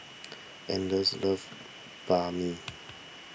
anders loves Banh Mi